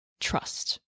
trust